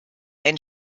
einen